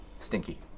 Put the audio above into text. Stinky